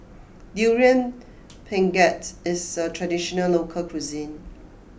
Durian Pengat is a traditional local cuisine